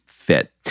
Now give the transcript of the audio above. fit